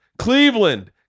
Cleveland